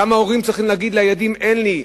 כמה הורים צריכים להגיד לילדים "אין לי",